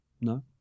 No